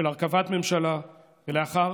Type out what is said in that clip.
של הרכבת ממשלה ולאחר